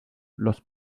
los